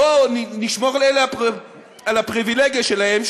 בוא נשמור לאלה על הפריבילגיה שלהם,